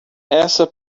essa